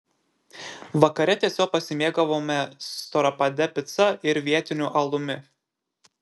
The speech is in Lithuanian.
vakare tiesiog pasimėgavome storapade pica ir vietiniu alumi